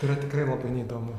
yra tikrai labai neįdomu